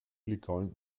illegalen